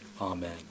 amen